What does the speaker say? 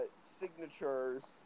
signatures